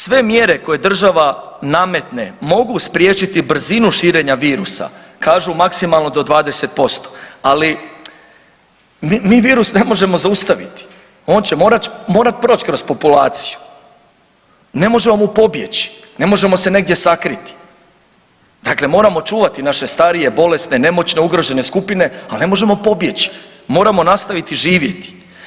Sve mjere koje država nametne mogu spriječiti brzinu širenja virusa, kažu maksimalno do 20%, ali mi virus ne možemo zaustaviti, on će morat proć kroz populaciju, ne možemo mu pobjeći, ne možemo se negdje sakriti, dakle moramo čuvati naše starije, bolesne, nemoćne, ugrožene skupine, al ne možemo pobjeći, moramo nastaviti živjeti.